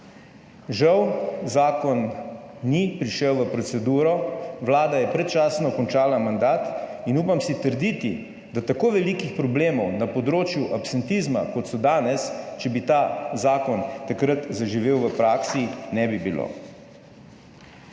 Žal zakon ni prišel v proceduro, vlada je predčasno končala mandat in upam si trditi, da tako velikih problemov na področju absentizma, kot so danes, če bi ta zakon takrat zaživel v praksi ne bi bilo.